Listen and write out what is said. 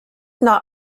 not